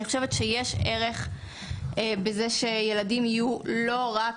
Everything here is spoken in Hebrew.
אני חושבת שיש ערך בזה שילדים יהיו לא רק